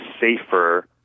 safer